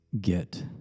get